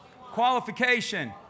qualification